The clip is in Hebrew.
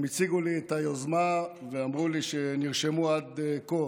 הם הציגו לי את היוזמה ואמרו לי שנרשמו עד כה,